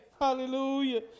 Hallelujah